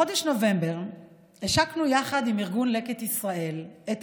בחודש נובמבר השקנו יחד עם ארגון לקט ישראל את